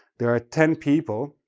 there are ten people,